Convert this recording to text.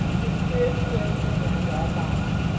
whose spirits carried her beyond all bounds,